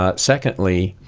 ah secondly,